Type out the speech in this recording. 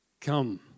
Come